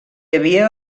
havia